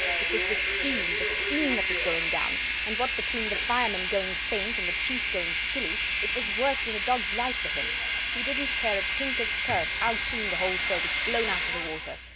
it was the steam the steam that was going down and what between the firemen going faint and the chief going silly, it was worse than a dogs life for him he didnt care a tinkers curse how soon the whole show was blown out of the water.